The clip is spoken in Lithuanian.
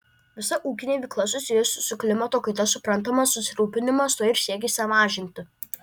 visa ūkinė veikla susijusi su klimato kaita suprantamas susirūpinimas tuo ir siekis ją mažinti